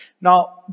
Now